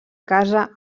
casa